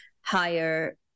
higher